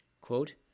Quote